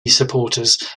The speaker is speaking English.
supporters